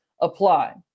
apply